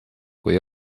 kui